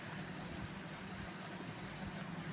बगीचामा गरजनुसार रोपे नी फुले लावतंस